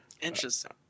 interesting